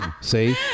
See